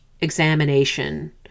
examination